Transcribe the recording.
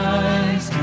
eyes